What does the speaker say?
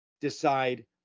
decide